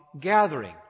gathering